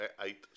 eight